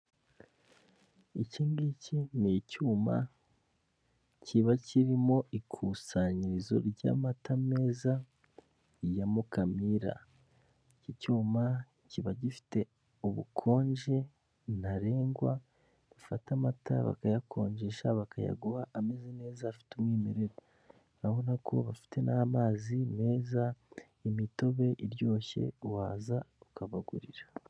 Iki ngiki ni icyuma kiba kirimo ikusanyirizo ry'amata meza ya Mukamira, iki cyuma kiba gifite ubukonje ntarengwa, bafata amata bakayakonjesha bakayaguha ameze neza afite umwimerere, urabona ko bafite n'amazi meza, imitobe iryoshye waza ukabagurira.